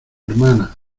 hermana